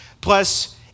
plus